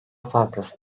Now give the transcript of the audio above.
fazlası